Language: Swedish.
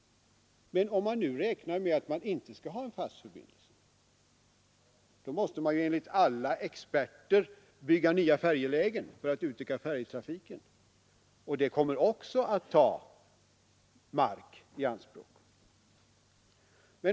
Om man nu räknar med att man inte skall ha en fast förbindelse, måste man enligt alla experter bygga nya färjelägen för att kunna utöka färjetrafiken, vilket även det kommer att ta mark i anspråk.